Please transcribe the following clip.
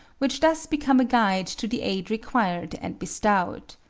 which thus become a guide to the aid required and bestowed.